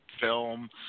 film